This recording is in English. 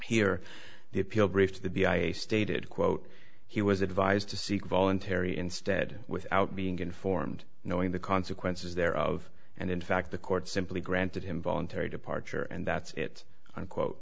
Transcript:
here the appeal brief to the b i a stated quote he was advised to seek voluntary instead without being informed knowing the consequences thereof and in fact the court simply granted him voluntary departure and that's it unquote